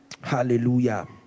hallelujah